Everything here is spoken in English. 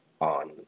on